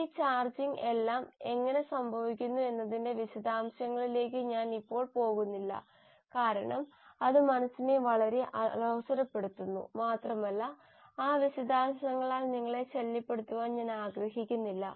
ഈ ചാർജ്ജിംഗ് എല്ലാം എങ്ങനെ സംഭവിക്കുന്നു എന്നതിന്റെ വിശദാംശങ്ങളിലേക്ക് ഞാൻ ഇപ്പോൾ പോകുന്നില്ല കാരണം അത് മനസ്സിനെ വളരെ അലോസരപ്പെടുത്തുന്നു മാത്രമല്ല ആ വിശദാംശങ്ങളാൽ നിങ്ങളെ ശല്യപ്പെടുത്താൻ ഞാൻ ആഗ്രഹിക്കുന്നില്ല